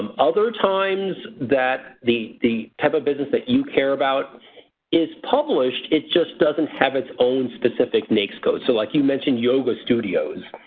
other times that the the type of business that you care about is published it just doesn't have its own specific naics code. so like you mentioned yoga studios.